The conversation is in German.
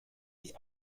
die